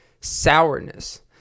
Sourness